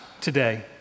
today